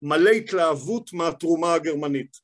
מלא התלהבות מהתרומה הגרמנית.